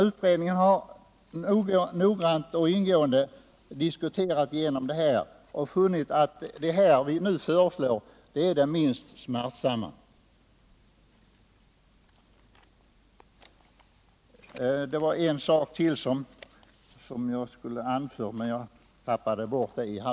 Utredningen har noggrant och ingående diskuterat igenom frågorna och funnit att de åtgärder som vi föreslår bör vara de minst smärtsamma.